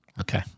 Okay